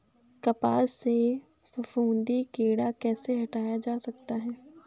कपास से फफूंदी कीड़ा कैसे हटाया जा सकता है?